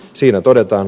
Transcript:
siinä todetaan